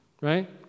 Right